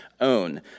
own